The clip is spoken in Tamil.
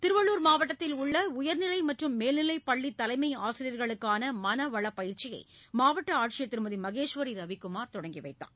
திருவள்ளூர் மாவட்டத்தில் உள்ள உயர்நிலை மற்றும் மேல்நிலை பள்ளித் தலைமை ஆசிரியர்களுக்காள மனவள பயிற்சியை மாவட்ட ஆட்சியர் திருமதி மகேஸ்வரி ரவிக்குமார் தொடங்கிவைத்தார்